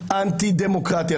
דמוקרטי, אנטי דמוקרטי.